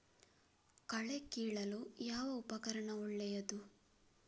ಕಳೆ ಕೀಳಲು ಯಾವ ಉಪಕರಣ ಒಳ್ಳೆಯದು?